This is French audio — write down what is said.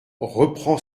reprend